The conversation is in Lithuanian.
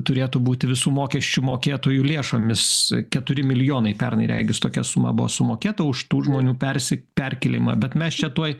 turėtų būti visų mokesčių mokėtojų lėšomis keturi milijonai pernai regis tokia suma buvo sumokėta už tų žmonių persi perkėlimą bet mes čia tuoj